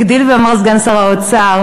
הגדיל ואמר סגן שר האוצר: